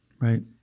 Right